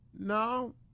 No